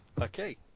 Okay